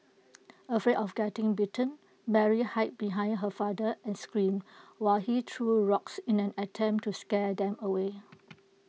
afraid of getting bitten Mary hid behind her father and screamed while he threw rocks in an attempt to scare them away